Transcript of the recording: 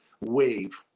Wave